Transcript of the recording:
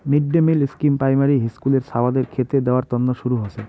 mid day meal scheme primary হিস্কুলের ছাওয়াদের খেতে দেয়ার তন্ন শুরু হসে